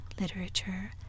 Literature